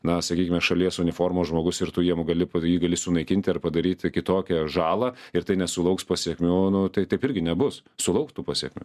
na sakykime šalies uniformos žmogus ir tu jiem gali padaryt gali sunaikinti ar padaryti kitokią žalą ir tai nesulauks pasekmių nu tai taip irgi nebus sulauk tų pasekmių